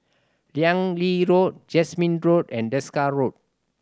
Keng Lee Road Jasmine Road and Desker Road